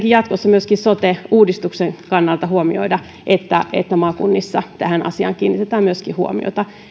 jatkossa sote uudistuksen kannalta huomioida että että maakunnissa tähän asiaan kiinnitetään myöskin huomiota